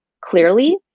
clearly